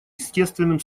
естественным